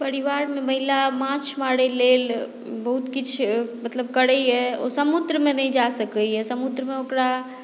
परिवारमे महिला माछ मारयलेल बहुत किछु मतलब करैए ओ समुद्रमे नहि जा सकैए समुद्रमे ओकरा